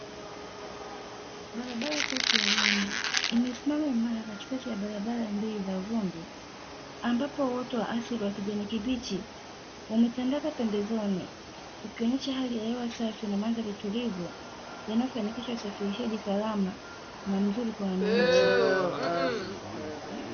Barabara safi ya lami imesimama imara katikati ya barabara mbili za vumbi, ambapo uoto wa asili wa kijani kibichi umetandaza pembezoni, ukionyesha hali ya hewa safi na mandhari tulivu yanayofanikisha usafirishaji salama na mzuri kwa wananchi.